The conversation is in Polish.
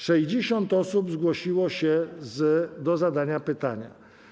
60 osób zgłosiło się do zadania pytania.